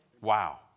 Wow